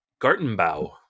Gartenbau